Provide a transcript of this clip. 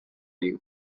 you